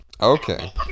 Okay